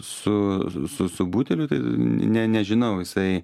su su su su buteliu tai ne nežinau jisai